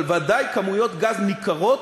אבל בוודאי כמויות גז ניכרות,